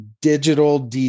digital